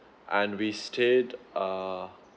and we stayed err